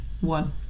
one